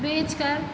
बेचकर